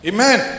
Amen